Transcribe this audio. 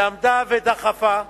שעמדה ודחפה.